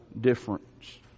difference